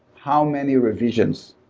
how many revisions?